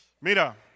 Mira